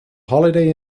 holiday